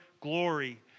glory